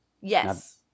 Yes